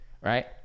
right